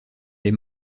les